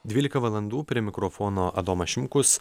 dvylika valandų prie mikrofono adomas šimkus